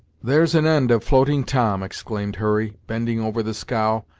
there's an end of floating tom! exclaimed hurry, bending over the scow,